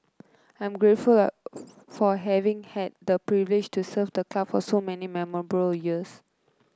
I am grateful for having had the privilege to serve the club for so many memorable years